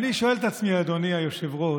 אני שואל את עצמי, אדוני היושב-ראש,